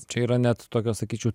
čia yra net tokios sakyčiau